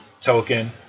token